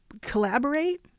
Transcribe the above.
Collaborate